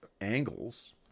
angles